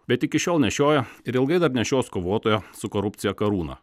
bet iki šiol nešiojo ir ilgai dar nešios kovotojo su korupcija karūną